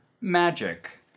magic